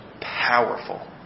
powerful